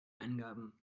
angaben